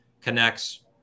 connects